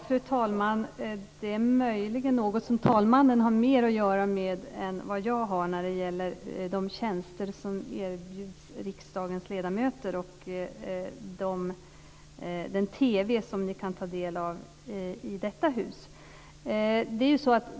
Fru talman! Möjligen är det något som talmannen har mer att göra med än vad jag har när det gäller de tjänster som erbjuds riksdagens ledamöter och den TV som ni kan ta del av i detta hus.